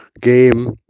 game